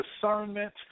discernment